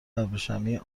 ابریشمی